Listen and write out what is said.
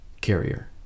carrier